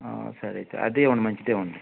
సరే అయితే అదే ఇవ్వండి మంచిది ఇవ్వండి